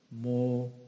More